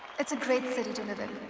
it's a great city to live in.